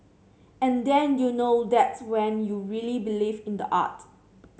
and then you know that's when you really believe in the art